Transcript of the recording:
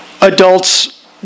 adults